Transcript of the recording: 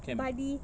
camp ah